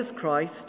Christ